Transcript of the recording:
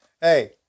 Hey